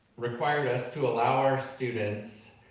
required us to allow our students,